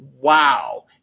Wow